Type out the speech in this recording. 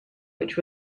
which